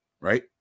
Right